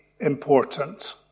important